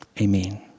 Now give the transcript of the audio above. Amen